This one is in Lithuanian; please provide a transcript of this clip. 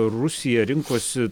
rusija rinkosi